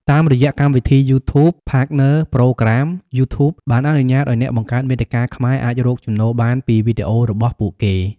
តាមរយៈកម្មវិធី យូធូប ផាតនើ ប្រូក្រាម យូធូបបានអនុញ្ញាតឱ្យអ្នកបង្កើតមាតិកាខ្មែរអាចរកចំណូលបានពីវីដេអូរបស់ពួកគេ។